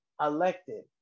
elected